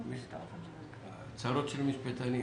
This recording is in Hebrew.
צרות של משפטנים.